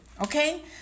okay